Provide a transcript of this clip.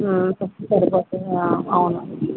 చెప్తే సరిపోతుంది అవును